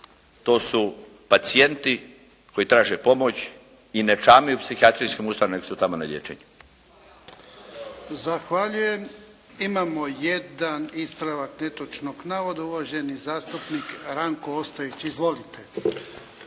to su pacijenti koji traže pomoć i ne čame u psihijatrijskim ustanovama, nego su tamo na liječenju. **Jarnjak, Ivan (HDZ)** Zahvaljujem. Imamo jedan ispravak netočnog navoda, uvaženi zastupnik Ranko Ostojić. Izvolite.